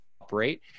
operate